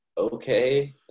Okay